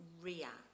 react